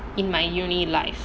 in my university life